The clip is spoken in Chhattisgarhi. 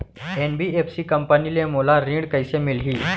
एन.बी.एफ.सी कंपनी ले मोला ऋण कइसे मिलही?